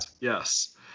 Yes